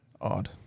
odd